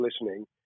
listening